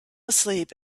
asleep